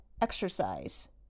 Exercise